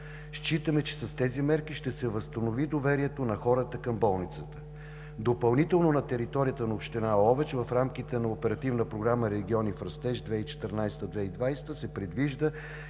Считаме, че с тези мерки ще се възстанови доверието на хората към болницата. Допълнително на територията на община Ловеч в рамките на Оперативна програма „Региони в растеж 2014 – 2020“ се предвижда